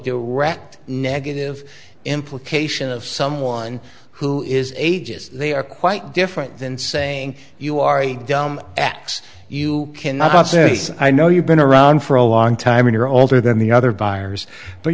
direct negative implication of someone who is ages they are quite different than saying you are a dumb ass you cannot say i know you've been around for a long time you're older than the other buyers but